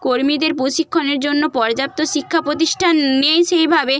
কর্মীদের প্রশিক্ষণের জন্য পর্যাপ্ত শিক্ষা প্রতিষ্ঠান নেই সেইভাবে